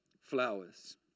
flowers